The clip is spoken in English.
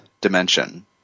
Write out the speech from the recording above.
dimension